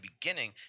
beginning